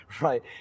right